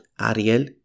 Ariel